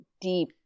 deep